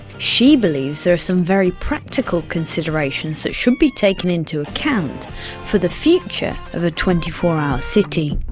she believes there are some very practical considerations that should be taken into account for the future of a twenty four hour city.